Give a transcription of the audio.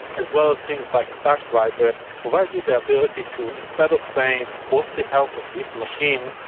as well as things like stackdriver provide you the ability to instead of saying what's the health of this machine,